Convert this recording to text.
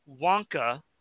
Wonka